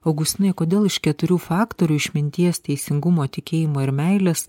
augustinai kodėl iš keturių faktorių išminties teisingumo tikėjimo ir meilės